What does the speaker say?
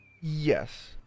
yes